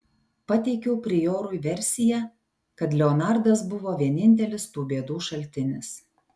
pateikiau priorui versiją kad leonardas buvo vienintelis tų bėdų šaltinis